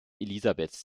elisabeths